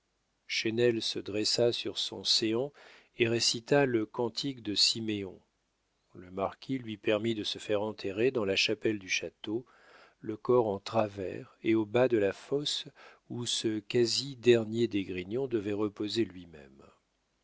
se dressa sur son séant et récita le cantique de siméon le marquis lui permit de se faire enterrer dans la chapelle du château le corps en travers et au bas de la fosse où ce quasi dernier d'esgrignon devait reposer lui-même